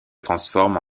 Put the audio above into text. transforment